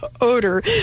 odor